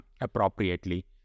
appropriately